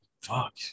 Fuck